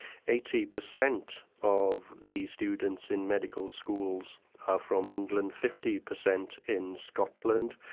eighty per cent of the students in medical schools are from england, fifty per cent in scotland,